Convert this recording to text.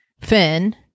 Finn